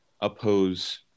oppose